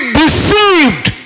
deceived